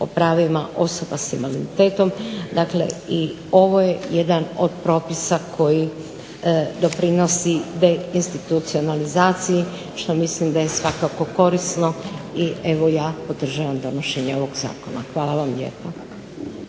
o pravima osoba s invaliditetom. Dakle, i ovo je jedan od propisa koji doprinositi deinstitucionalizaciji što mislim da je svakako korisno i evo ja podržavam donošenje ovoga zakona. Hvala vam lijepa.